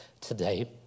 today